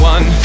One